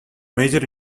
major